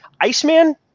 Iceman